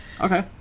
Okay